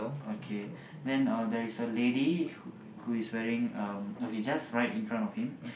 okay then uh there is a lady who who is wearing um okay just right in front of him